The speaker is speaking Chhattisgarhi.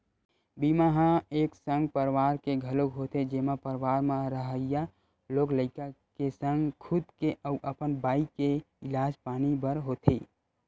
बीमा ह एक संग परवार के घलोक होथे जेमा परवार म रहइया लोग लइका के संग खुद के अउ अपन बाई के इलाज पानी बर होथे